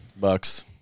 Bucks